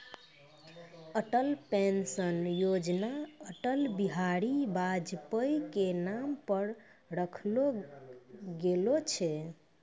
Atal pension Yojana Atal Bihari Vajpayee के नाम पर रखलो गेलो छै